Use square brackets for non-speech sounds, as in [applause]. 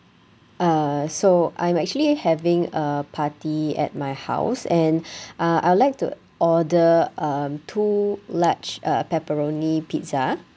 uh so I'm actually having a party at my house and [breath] uh I'd like to order uh two large uh pepperoni pizza